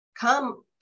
come